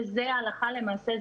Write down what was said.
וזה ההלכה למעשה.